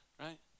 right